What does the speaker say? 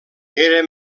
era